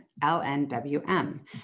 LNWM